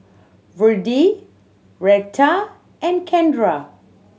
Virdie Retta and Kendra